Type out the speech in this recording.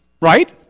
Right